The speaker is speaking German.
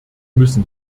müssen